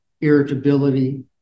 irritability